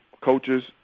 coaches